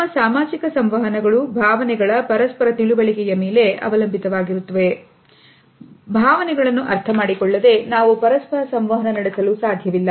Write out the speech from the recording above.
ನಮ್ಮ ಸಾಮಾಜಿಕ ಸಂವಹನಗಳು ಭಾವನೆಗಳ ಪರಸ್ಪರ ತಿಳುವಳಿಕೆಯ ಮೇಲೆ ಅವಲಂಬಿತವಾಗಿರುತ್ತದೆ ಭಾವನೆಗಳನ್ನು ಅರ್ಥಮಾಡಿಕೊಳ್ಳದೆ ನಾವು ಪರಸ್ಪರ ಸಂವಹನ ನಡೆಸಲು ಸಾಧ್ಯವಿಲ್ಲ